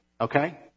Okay